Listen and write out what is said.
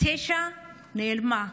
תשע נעלמה,